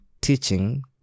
teaching